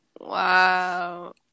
Wow